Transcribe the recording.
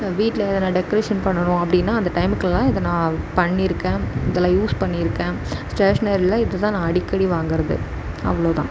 வீட்டில் நான் டெக்ரேஷன் பண்ணணும் அப்படினா அந்த டைம்கெலாம் இதை நான் பண்ணிருக்கேன் இதெல்லாம் யூஸ் பண்ணிருக்கேன் ஸ்டேஷ்னரியில் இதெல்லாம் நான் அடிக்கடி வாங்குறது அவ்வளோ தான்